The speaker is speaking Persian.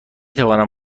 توانم